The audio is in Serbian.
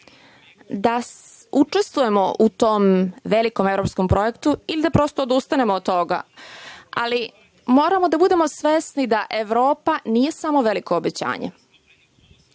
da učestvujemo u tom velikom evropskom projektu ili da prosto odustanemo od toga, ali moramo da budemo svesni da Evropa nije samo veliko obećanje.